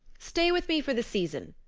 stay with me for the season,